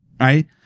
right